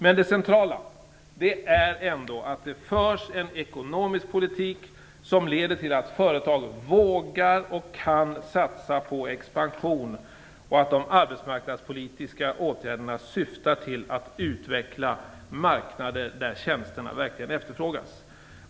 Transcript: Men det centrala är att det förs en ekonomisk politik som leder till att företag vågar och kan satsa på expansion. De arbetsmarknadspolitiska åtgärderna syftar till att utveckla marknader där tjänsterna verkligen efterfrågas.